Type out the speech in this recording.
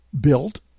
built